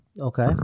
Okay